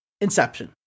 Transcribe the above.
Inception